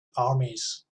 armies